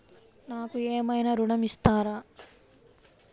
నాకు ఏమైనా ఋణం ఇస్తారా?